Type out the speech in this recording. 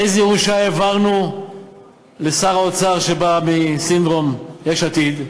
איזו ירושה העברנו לשר האוצר שבא מ"סינדרום יש עתיד"?